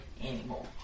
anymore